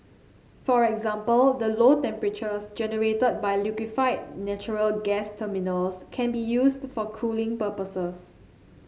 for example the low temperatures generated by liquefied natural gas terminals can be used for cooling purposes